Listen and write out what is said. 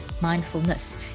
mindfulness